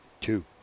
Two